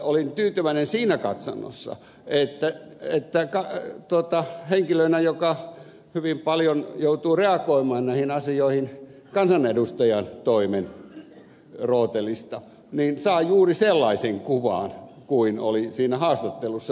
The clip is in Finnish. olin tyytyväinen siinä katsannossa että henkilönä joka hyvin paljon joutuu reagoimaan näihin asioihin kansanedustajan toimen rootelista saa juuri sellaisen kuvan kuin oli siinä haastattelussa